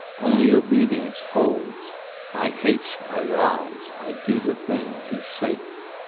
only obedience holds i haste, i rise, i do the thing he saith.